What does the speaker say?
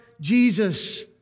Jesus